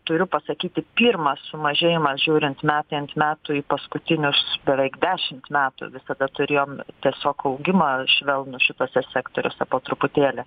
turiu pasakyti pirmas sumažėjimas žiūrint metai ant metų į paskutinius beveik dešimt metų visada turėjom tiesiog augimą švelnų šituose sektoriuose po truputėlį